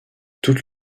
toute